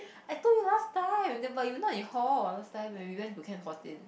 I told you last time then~ but you not in hall last time when we went to can fourteen